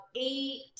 eight